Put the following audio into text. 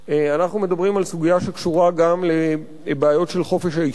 אנחנו מדברים על סוגיה שקשורה גם לבעיות של חופש העיסוק.